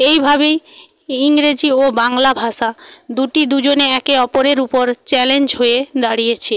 এইভাবেই ইংরেজি ও বাংলা ভাষা দুটি দুজনে একে অপরের উপর চ্যালেঞ্জ হয়ে দাঁড়িয়েছে